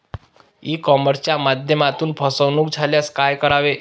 E कॉमर्सच्या माध्यमातून फसवणूक झाल्यास काय करावे?